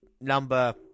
number